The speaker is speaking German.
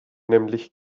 nämlich